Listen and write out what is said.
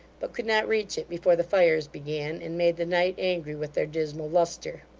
but could not reach it before the fires began, and made the night angry with their dismal lustre.